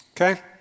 Okay